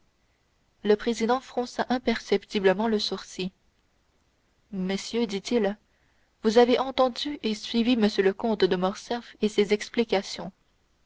le président fronça imperceptiblement le sourcil messieurs dit-il vous avez entendu et suivi m le comte de morcerf et ses explications